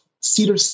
Cedar